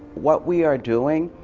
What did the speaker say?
what we are doing,